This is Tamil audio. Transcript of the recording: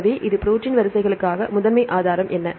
எனவே இப்போது ப்ரோடீன் வரிசைகளுக்கான முதன்மை ஆதாரம் என்ன